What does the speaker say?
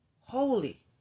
holy